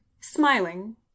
Smiling